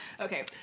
Okay